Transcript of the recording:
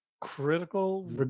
critical